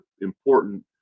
important